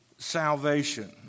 Salvation